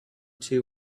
two